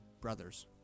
brothers